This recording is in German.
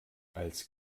als